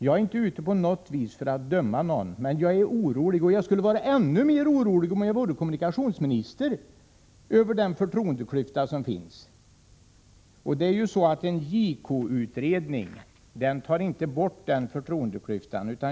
Jag är inte på något sätt ute efter att döma någon, men jag är orolig — och jag skulle vara ännu mera orolig om jag vore kommunikationsminister — över den förtroendeklyfta som nu finns. Jag tror inte att en JK-utredning tar bort denna förtroendeklyfta.